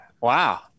Wow